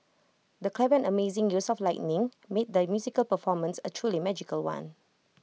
the clever and amazing use of lighting made the musical performance A truly magical one